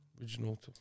original